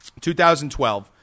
2012